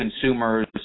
consumers